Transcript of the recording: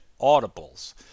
audibles